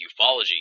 ufology